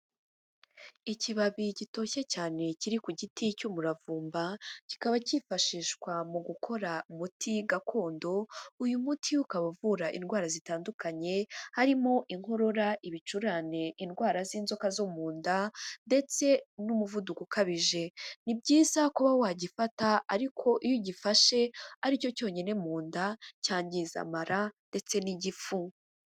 Ikibabi gitoshye cyane kiri ku giti cy'umuravumba, kikaba kifashishwa mu gukora umuti gakondo, uyu muti ukaba uvura indwara zitandukanye, harimo inkorora, ibicurane, indwara z'inzoka zo mu nda, ndetse n'umuvuduko ukabije, ni byiza kuba wagifata ariko iyo ugifashe ari cyo cyonyine mu nda cyangiza amara ndetse n'igifu.